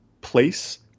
place